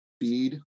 feed